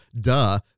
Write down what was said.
Duh